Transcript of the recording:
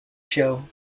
show